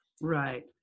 Right